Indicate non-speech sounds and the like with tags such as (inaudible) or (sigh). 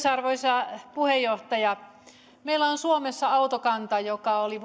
(unintelligible) arvoisa puheenjohtaja meillä on suomessa autokanta joka oli (unintelligible)